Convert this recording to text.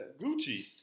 Gucci